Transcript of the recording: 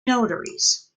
notaries